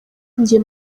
njye